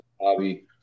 hobby